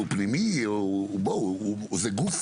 בואו זה גוף,